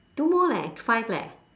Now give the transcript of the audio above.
two more leh five leh